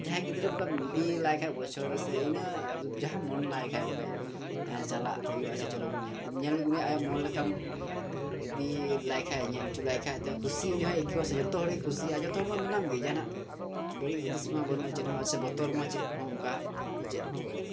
ᱡᱟᱦᱟᱸ ᱜᱤᱫᱽᱨᱟᱹ ᱚᱱᱠᱟᱢ ᱤᱫᱤ ᱞᱟᱭ ᱠᱷᱟᱡ ᱵᱚᱪᱷᱚᱨ ᱨᱮ ᱤᱱᱟᱹ ᱡᱟᱦᱟᱢ ᱢᱚᱱᱮ ᱞᱮᱠᱷᱟᱡ ᱵᱚᱞᱮ ᱪᱟᱞᱟᱜ ᱦᱩᱭᱩᱜᱼᱟ ᱥᱮ ᱪᱚᱞᱚ ᱵᱚᱱ ᱧᱮᱞ ᱟᱹᱜᱩᱭᱟ ᱤᱫᱤ ᱞᱟᱭᱠᱷᱟᱡ ᱧᱮᱞ ᱦᱚᱪᱚ ᱞᱟᱭᱠᱷᱟᱡ ᱛᱳ ᱠᱩᱥᱤ ᱩᱱᱤ ᱦᱚᱭ ᱟᱹᱭᱠᱟᱹᱣᱟ ᱥᱮ ᱡᱚᱛᱚ ᱦᱚᱲ ᱜᱮ ᱠᱩᱥᱤᱜᱼᱟ ᱡᱚᱛᱚ ᱦᱚᱲ ᱢᱟ ᱢᱮᱱᱟᱢ ᱜᱮ ᱡᱟᱦᱟᱱᱟᱜ ᱵᱟᱹᱲᱤᱡ ᱦᱩᱫᱤᱥ ᱢᱟ ᱵᱟᱹᱱᱩᱜᱼᱟ ᱪᱮᱫ ᱦᱚᱸ ᱥᱮ ᱵᱚᱛᱚᱨ ᱢᱟ ᱪᱮᱫ ᱦᱚᱸ ᱚᱱᱠᱟ ᱪᱮᱫ ᱦᱚᱸ ᱵᱟᱹᱱᱩᱜ ᱠᱟᱫᱟ